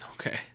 Okay